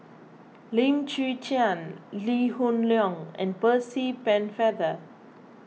Lim Chwee Chian Lee Hoon Leong and Percy Pennefather